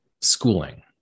schooling